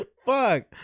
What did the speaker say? fuck